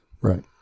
Right